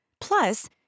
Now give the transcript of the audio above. Plus